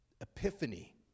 epiphany